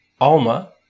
Alma